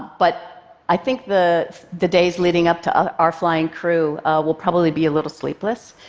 but i think the the days leading up to ah our flying crew will probably be a little sleepless.